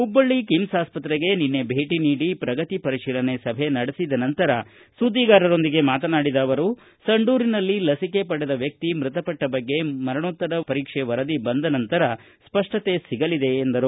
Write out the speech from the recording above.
Hubballi KIMS ಆಸ್ಪತ್ತೆಗೆ ನಿನ್ನೆ ಭೇಟಿ ನೀಡಿ ಪ್ರಗತಿ ಪರಿಶೀಲನೆ ಸಭೆ ನಡೆಸಿದ ನಂತರ ಸುದ್ದಿಗಾರರೊಂದಿಗೆ ಮಾತನಾಡಿದ ಅವರು ಸಂಡೂರಿನಲ್ಲಿ ಲಸಿಕೆ ಪಡೆದ ವ್ಯಕ್ತಿ ಮೃತಪಟ್ಟ ಬಗ್ಗೆ ಮರಣೋತ್ತರ ಪರೀಕ್ಷೆ ವರದಿ ಬಂದ ನಂತರ ಸ್ಪಷ್ಟತೆ ಸಿಗಲಿದೆ ಎಂದರು